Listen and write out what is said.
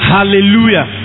Hallelujah